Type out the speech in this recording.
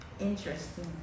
interesting